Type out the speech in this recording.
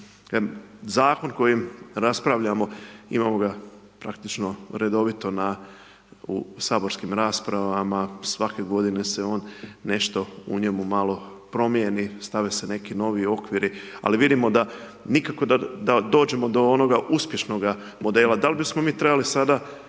Zakon kojim raspravljamo, imamo ga praktično redovito u saborskim raspravama, svake g. se on nešto u njemu malo promijeni, stave se neki novi okviri, ali vidimo da nikako da dođemo do onoga uspješnoga modela. Dal bismo mi trebali sada